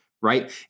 Right